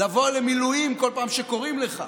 לבוא למילואים כל פעם שקוראים לך,